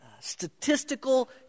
statistical